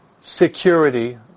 security